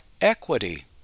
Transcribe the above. equity